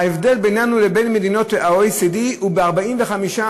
ההבדל בינינו לבין מדינות ה-OECD הוא ב-45%,